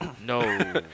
No